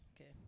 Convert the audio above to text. Okay